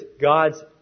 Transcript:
God's